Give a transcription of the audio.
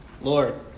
Lord